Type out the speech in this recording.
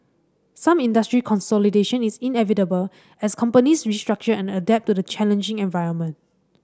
some industry consolidation is inevitable as companies restructure and adapt to the challenging environment